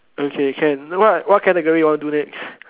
okay can what what category you want to do next